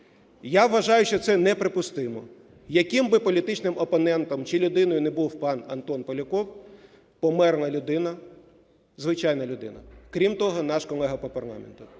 Я вважаю, що це неприпустимо, яким би політичним опонентом чи людиною не був пан Антон Поляков, - померла людина, звичайна людина, крім того, наш колега по парламенту.